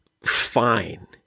fine